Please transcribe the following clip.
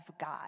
God